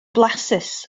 flasus